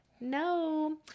no